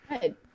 Good